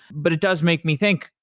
but it does make me think,